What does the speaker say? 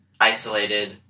isolated